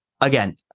again